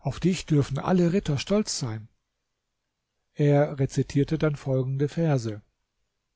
auf dich dürfen alle ritter stolz sein er rezitierte dann folgende verse